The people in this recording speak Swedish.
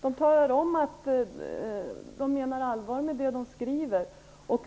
De talar om att de menar allvar med vad de skriver.